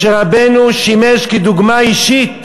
משה רבנו שימש דוגמה אישית